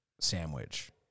sandwich